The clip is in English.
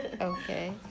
Okay